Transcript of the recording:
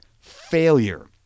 Failure